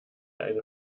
eine